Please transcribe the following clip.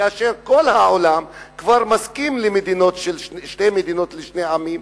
כשכל העולם מסכים לשתי מדינות לשני עמים,